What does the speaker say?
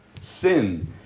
sin